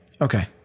Okay